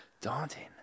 daunting